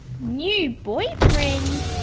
new boyfriend?